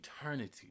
eternity